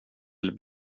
ville